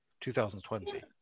2020